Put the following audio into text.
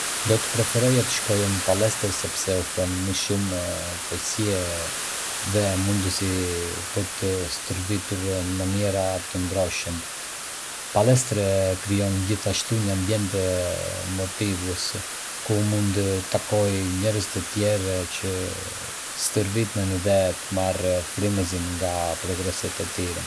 Do të preferoja të shkoja në palestër sepse ofron më shumë pajisje dhe mundësi për të stërvitur në mënyra të ndryshme. Palestre krijon gjithashtu një ambient motivues, ku mund të takoj njerëz të tjerë që stërviten dhe të marrë frymëzim nga progreset e tyre.